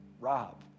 Rob